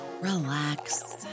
relax